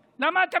מה זה הדבר הזה?